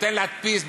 נותן להדפיס,